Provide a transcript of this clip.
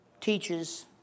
teaches